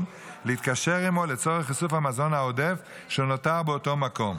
להתקשר עימו לצורך איסוף המזון העודף שנותר באותו מקום.